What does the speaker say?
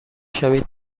شوید